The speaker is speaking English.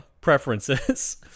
preferences